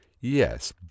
Yes